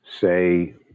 say